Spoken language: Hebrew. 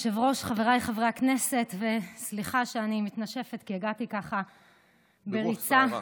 מתנשפת, כי הגעתי ככה בריצה.